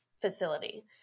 facility